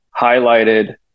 highlighted